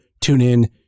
TuneIn